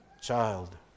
child